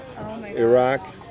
Iraq